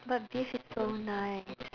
but beef is so nice